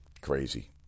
Crazy